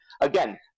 again